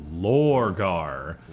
Lorgar